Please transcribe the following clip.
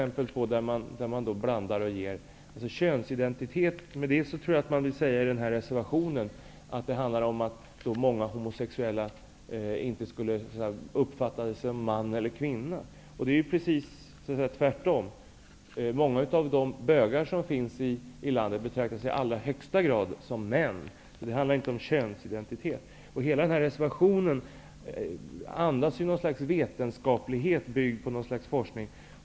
Med det tror jag att man vill säga att det handlar om att många homosexuella inte skulle uppfatta sig som man eller kvinna. Det är precis tvärtom. Många av de bögar som finns i landet betraktar sig i allra högsta grad som män. Det handlar inte om könsidentitet. Hela reservationen andas något slags vetenskaplighet byggd på någon sorts forskning.